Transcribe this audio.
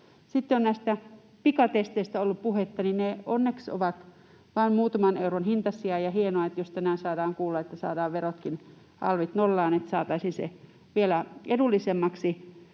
Sitten on näistä pikatesteistä ollut puhetta. Ne ovat onneksi vain muutaman euron hintaisia, ja hienoa, jos tänään saadaan kuulla, että saadaan verotkin, alvit, nollaan, niin että saataisiin ne vielä edullisemmiksi.